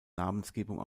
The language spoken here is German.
namensgebung